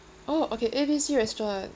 oh okay A B C restaurant